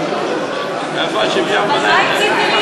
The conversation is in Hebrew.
שני נמנעים.